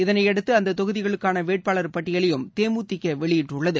இதனையடுத்து அந்ததொகுதிகளுக்கானவேட்பாளர் பட்டியலையும் தேமுதிகவெளியிட்டுள்ளது